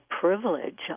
privilege